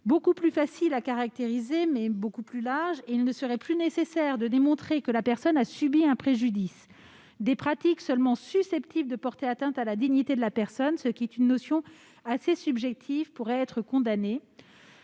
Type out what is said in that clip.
beaucoup plus facile à caractériser, mais aussi beaucoup plus large ; il ne serait plus nécessaire de démontrer que la personne a subi un préjudice. Des pratiques seulement « susceptibles » de porter atteinte à la dignité de la personne, ce qui est une notion assez subjective, pourraient être condamnées.